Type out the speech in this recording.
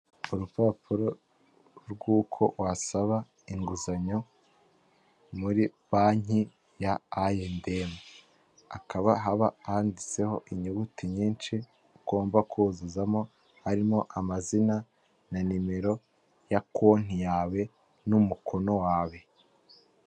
Urupapuro rw'uko wasaba inguzanyo muri banki ya ayendemu. Hakaba haba handitseho inyuguti nyinshi ugomba kuzuzamo, harimo amazina, na nimero ya konti yawe, n'umukono wawe.